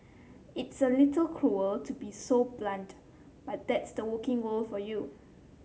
it's a little cruel to be so blunt but that's the working world for you